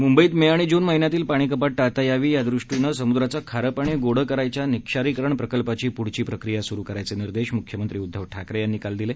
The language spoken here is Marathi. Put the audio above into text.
मुंबईत मे आणि जून महिन्यातील पाणी कपात टाळता यावी यादृष्टीनं समुद्राचं खारं पाणी गोडं करायच्या निःक्षारीकरण प्रकल्पाची प्रक्रिया सुरु करायचे निर्देश मुख्यमंत्री उद्दव ठाकरे यांनी काल दिले